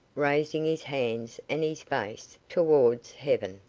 raising his hands and his face towards heaven.